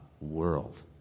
world